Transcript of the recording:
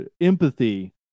empathy